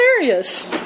hilarious